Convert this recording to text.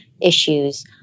issues